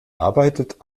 arbeitet